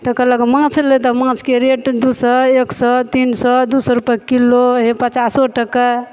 तऽ कहलक माँछ लेब तऽ माँछके रेट दू सए एक सए तीन सए दू सए रुपए किलो हे पचासो टके